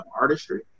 artistry